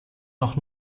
noch